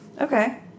Okay